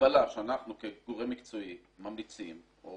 המגבלה שאנחנו כגורם מקצועי ממליצים או